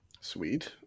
Sweet